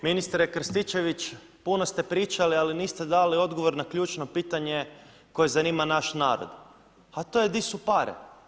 Ministre Krstičević, puno ste pričali ali niste dali odgovor na ključno pitanje koje zanima naš narod, a to je di su pare.